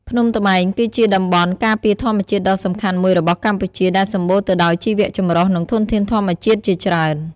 ភ្នំត្បែង គឺជាតំបន់ការពារធម្មជាតិដ៏សំខាន់មួយរបស់កម្ពុជា ដែលសម្បូរទៅដោយជីវៈចម្រុះ និងធនធានធម្មជាតិជាច្រើន។